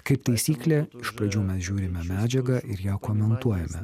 kaip taisyklė iš pradžių mes žiūrime medžiagą ir ją komentuojame